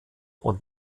und